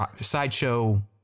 sideshow